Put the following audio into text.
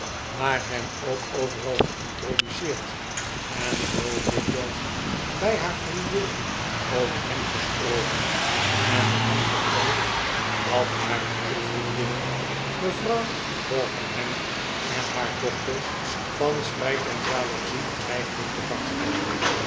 maar hem ook overal geintroduceerd en zoo diknupkins komt tot andere gedachten wij is bij haar vriendinnen over hem gesproken en met hem gepronkt dat haar boezemvriendinnen mevrouw porkenham en haar dochters van spijt en jaloezie dreigden te barsten